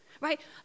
right